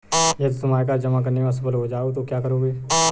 यदि तुम आयकर जमा करने में असफल हो जाओ तो क्या करोगे?